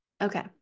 Okay